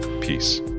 peace